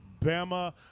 Bama